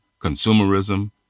consumerism